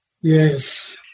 Yes